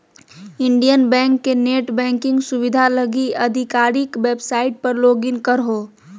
Indian bank के net banking सुविधा लगी आधिकारिक वेबसाइट पर लॉगिन करहो